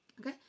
okay